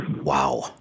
Wow